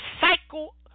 cycle